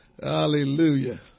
Hallelujah